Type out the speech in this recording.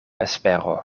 espero